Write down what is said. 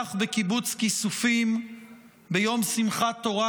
שנרצח בקיבוץ כיסופים ביום שמחת תורה,